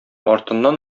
артыннан